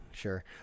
Sure